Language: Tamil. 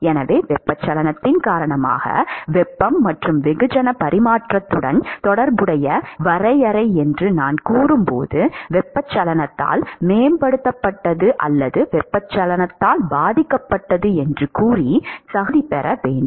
எனவே வெப்பச்சலனத்தின் காரணமாக வெப்பம் மற்றும் வெகுஜன பரிமாற்றத்துடன் தொடர்புடைய வரையறை என்று நான் கூறும்போது வெப்பச்சலனத்தால் மேம்படுத்தப்பட்டது அல்லது வெப்பச்சலனத்தால் பாதிக்கப்பட்டது என்று கூறி தகுதிபெற வேண்டும்